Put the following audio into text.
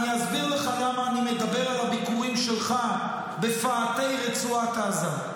אני אסביר לך למה אני מדבר על הביקורים שלך בפאתי רצועת עזה.